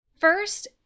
First